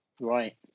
Right